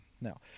now